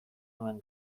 nuen